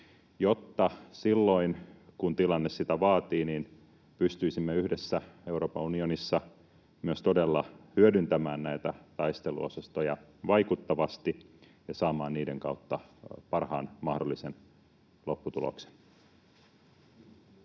jotta silloin, kun tilanne sitä vaatii, pystyisimme yhdessä Euroopan unionissa myös todella hyödyntämään näitä taisteluosastoja vaikuttavasti ja saamaan niiden kautta parhaan mahdollisen lopputuloksen?